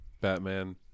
Batman